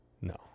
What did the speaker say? No